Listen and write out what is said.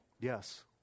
Yes